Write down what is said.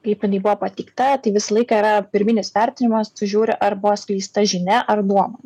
kaip jinai buvo pateikta visą laiką yra pirminis vertinimas tu žiūri ar buvo skleista žinia ar nuomonė